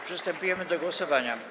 Przystępujemy do głosowania.